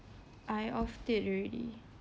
I off it already